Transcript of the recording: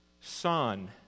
son